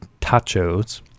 tachos